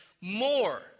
more